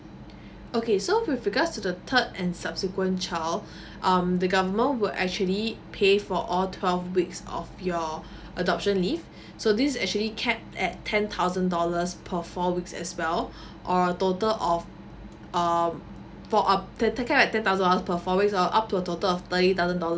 okay so with regards to the third and subsequent child um the government will actually pay for all twelve weeks of your adoption leave so this is actually cap at ten thousand dollars per four weeks as well or a total of um for up~ the cap at ten thousand per four weeks or up to a total of thirty thousand dollars